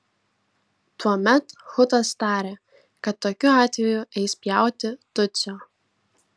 tuomet hutas tarė kad tokiu atveju eis pjauti tutsio